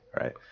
right